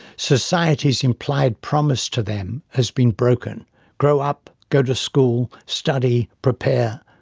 society's implied promise to them has been broken' grow up, go to school, study, prepare,